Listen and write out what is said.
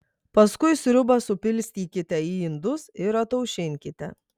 paskui sriubą supilstykite į indus ir ataušinkite